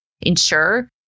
ensure